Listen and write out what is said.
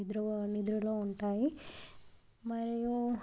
నిద్రబో నిద్రలో ఉంటాయి మరియు